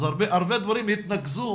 אז הרבה דברים התנקזו